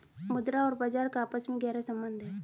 मुद्रा और बाजार का आपस में गहरा सम्बन्ध है